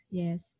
yes